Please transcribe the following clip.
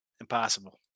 impossible